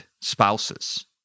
spouses